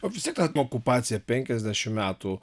o vis tiek ta okupacija penkiasdešimt metų